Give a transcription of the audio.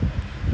where they put